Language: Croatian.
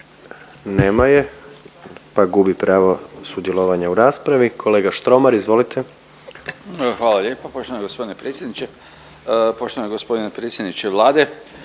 Nema je, pa gubi pravo sudjelovanja u raspravi. Kolega Štromar, izvolite. **Štromar, Predrag (HNS)** Evo hvala lijepa poštovani gospodine predsjedniče. Poštovani gospodine predsjedniče Vlade,